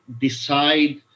decide